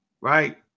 right